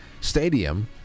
Stadium